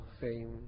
fame